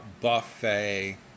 Buffet